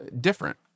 different